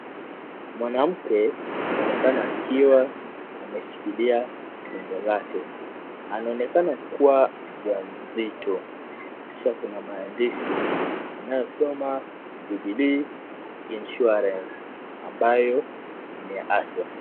Mwanamke anaonekana akiwa ameshikilia tumbo lake. Anaonekana kuwa mjamzito. Kisha kuna maandishi yanayosoma Jubilee insurance, ambayo ni ya afya.